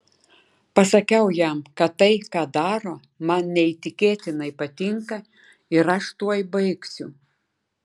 pasakiau jam kad tai ką daro man neįtikėtinai patinka ir aš tuoj baigsiu